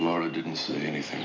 mary didn't see anything